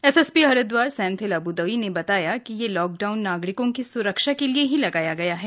SSP Haridwar Senthil अब्रदई ने बताया है कि यह लॉक डाउन नागरिकों की सुरक्षा के लिए ही लगाया गया है